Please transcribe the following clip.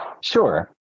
Sure